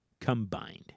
combined